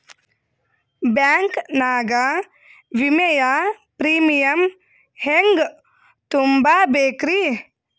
Bank ನಾಗ ವಿಮೆಯ premium ಹೆಂಗ್ ತುಂಬಾ ಬೇಕ್ರಿ?